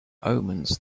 omens